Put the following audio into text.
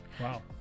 Wow